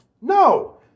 No